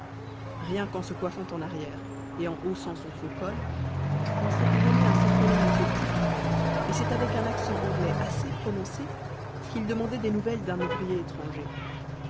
rien qu'en se coiffant en arrière et en haussant son faux-col il s'était donné un certain air exotique et c'est avec un accent anglais assez prononcé qu'il demandait des nouvelles d'un ouvrier étranger